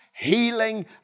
healing